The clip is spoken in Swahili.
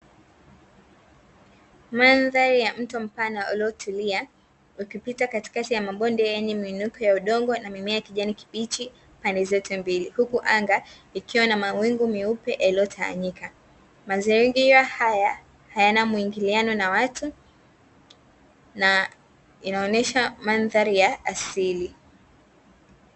Mandhari ya mto mpana uliyo tulia, ukipita katikati ya mabonde yenye miinuko ya udongo na mimea ya kijani kibichi pande zote mbili, huku anga ikiwa na mawingu meupe yaliyotawanyika mazingira haya ayana muingiriano na watu na inaonyesha mandhari ya asili.